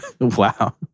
Wow